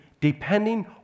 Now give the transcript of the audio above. depending